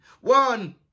One